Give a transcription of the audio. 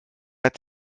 hat